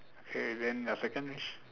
okay then your second wish